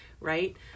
Right